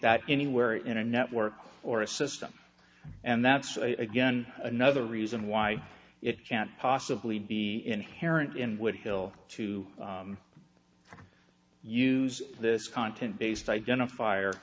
that anywhere in a network or a system and that's a again another reason why it can't possibly be inherent in woodhill to use this content based identif